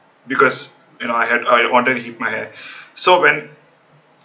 because you know I had I wanted to keep my hair so when